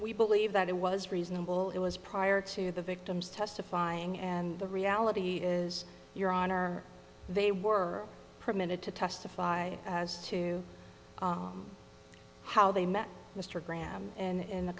we believe that it was reasonable it was prior to the victims testifying and the reality is your honor they were permitted to testify as to how they met mr graham and a